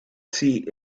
see